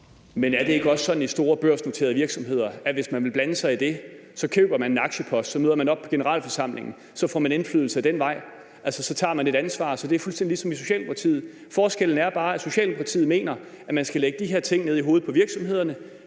Men er det ikke også sådan i store børsnoterede virksomheder, at hvis man vil blande sig i det, så køber man en aktiepost, så møder man op på generalforsamlingen, så får man indflydelse ad den vej, og så tager man altså et ansvar? Så det er fuldstændig ligesom i Socialdemokratiet. Forskellen er bare, at Socialdemokratiet mener, at man skal lægge de her ting ned over hovedet på virksomhederne